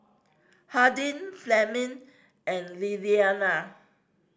Hardin Fleming and Lillianna